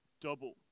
double